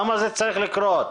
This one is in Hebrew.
למה זה צריך לקרות?